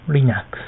Linux